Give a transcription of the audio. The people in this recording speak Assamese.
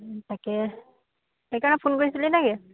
তাকে সেইকাৰণে ফোন কৰিছিলি নেকি